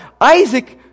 Isaac